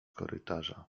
korytarza